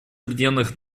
объединенных